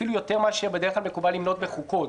אפילו יותר מאשר בדרך מקובל למנות בחוקות.